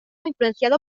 influenciado